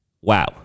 wow